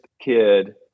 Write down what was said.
kid